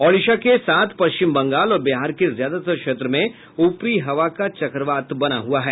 ओडिशा के साथ पश्चिम बंगाल और बिहार के ज्यादातर क्षेत्र में ऊपरी हवा का चक्रवात बना हुआ है